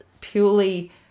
purely